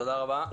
תודה רבה.